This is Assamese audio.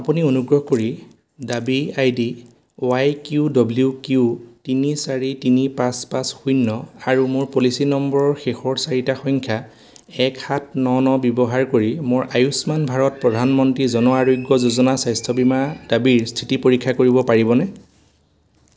আপুনি অনুগ্ৰহ কৰি দাবী I D Y Q W Q তিনি চাৰি তিনি পাঁচ পাঁচ শূন্য আৰু মোৰ পলিচী নম্বৰৰ শেষৰ চাৰিটা সংখ্যা এক সাত ন ন ব্যৱহাৰ কৰি মোৰ আয়ুষ্মান ভাৰত প্ৰধানমন্ত্ৰী জন আৰোগ্য যোজনা স্বাস্থ্য বীমা দাবীৰ স্থিতি পৰীক্ষা কৰিব পাৰিবনে